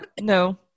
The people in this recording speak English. no